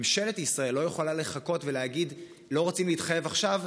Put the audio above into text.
ממשלת ישראל לא יכולה לחכות ולהגיד: לא רוצים להתחייב עכשיו,